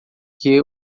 que